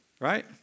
right